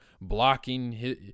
blocking